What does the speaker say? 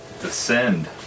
descend